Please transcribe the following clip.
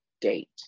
date